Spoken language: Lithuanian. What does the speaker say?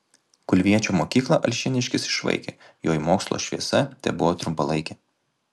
kulviečio mokyklą alšėniškis išvaikė joj mokslo šviesa tebuvo trumpalaikė